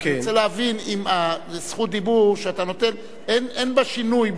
אני רוצה להבין אם זכות דיבור שאתה נוטל אין בה שינוי,